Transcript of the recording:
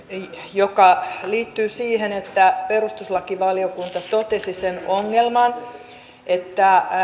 joka liittyy siihen että perustuslakivaliokunta totesi sen ongelman että